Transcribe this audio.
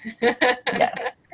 Yes